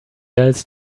else